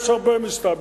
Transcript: יש הרבה מסתבר,